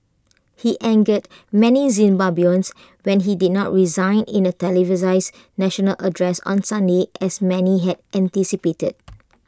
he angered many Zimbabweans when he did not resign in A televised national address on Sunday as many had anticipated